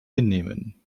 hinnehmen